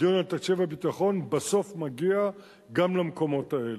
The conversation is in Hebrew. הדיון על תקציב הביטחון בסוף מגיע גם למקומות האלה.